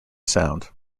sound